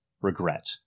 regret